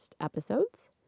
episodes